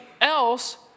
else